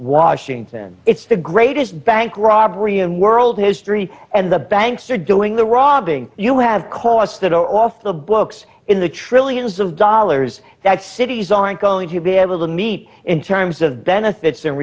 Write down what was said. washington it's the greatest bank robbery in world history and the banks are doing the robbing you have costs that are off the books in the trillions of dollars that cities aren't going to be able to meet in terms of benefits and